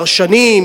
פרשנים,